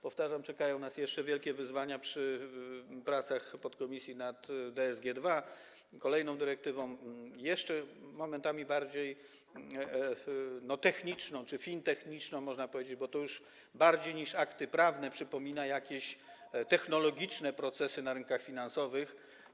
Powtarzam: czekają nas jeszcze wielkie wyzwania przy pracach podkomisji nad DGS II, kolejną dyrektywą, momentami jeszcze bardziej techniczną czy fintechniczną, można powiedzieć, bo to już bardziej niż akty prawne przypomina jakieś technologiczne procesy na rynkach finansowych.